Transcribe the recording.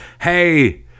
hey